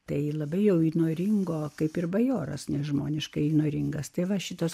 tai labai jau įnoringo kaip ir bajoras nežmoniškai įnoringas tai va šitas